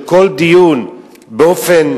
כל דיון באופן